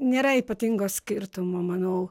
nėra ypatingo skirtumo manau